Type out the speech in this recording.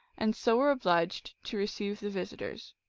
and so were obliged to receive the visit ors.